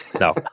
no